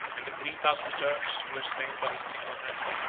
and the three thousand turks who were slain by his single hand,